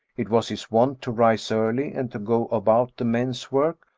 it was his wont to rise early, and to go about the men's work,